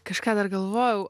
kažką dar galvojau